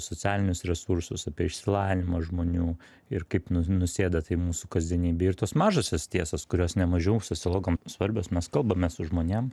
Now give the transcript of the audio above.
socialinius resursus apie išsilavinimą žmonių ir kaip nusėda tai mūsų kasdienybėj ir tos mažosios tiesos kurios nemažiau sociologam svarbios mes kalbamės su žmonėm